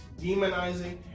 demonizing